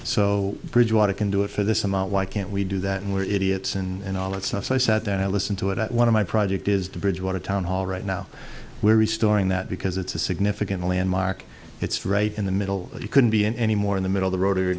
so bridgwater can do it for this amount why can't we do that and we're idiots and all that stuff so i sat down and listened to it at one of my project is the bridgewater town hall right now we're restoring that because it's a significant landmark it's right in the middle you couldn't be in anymore in the middle the ro